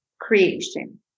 creation